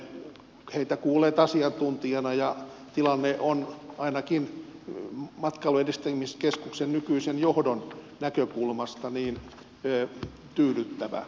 olemme heitä kuulleet asiantuntijana ja tilanne on ainakin matkailun edistämiskeskuksen nykyisen johdon näkökulmasta tyydyttävä